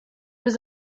was